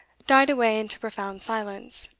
died away into profound silence.